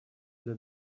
для